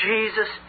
Jesus